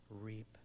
reap